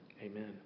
Amen